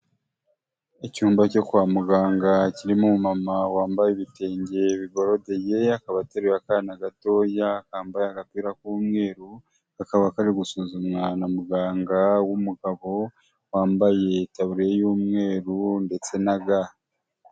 Icyumba cyo kwa muganga kirimo umumama wambaye ibitenge biborodeye, akaba ateruye akana gato kambaye agapira k'umweru, kakaba kari gusuzumwa na muganga w'umugabo wambaye itaburiya y'umweru ndetse na ga.